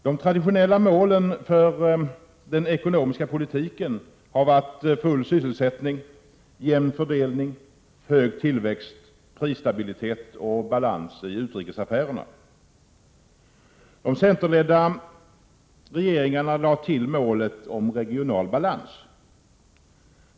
De traditionella målen för den ekonomiska politiken har varit full sysselsättning, jämn fördelning, hög tillväxt, prisstabilitet och balans i utrikesaffärerna. De centerledda regeringarna lade till målet om regional balans.